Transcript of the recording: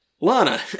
Lana